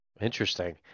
interesting